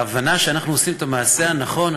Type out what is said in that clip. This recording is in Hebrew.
ההבנה שאנחנו עושים את המעשה הנכון,